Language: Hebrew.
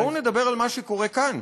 בואו נדבר על מה שקורה כאן.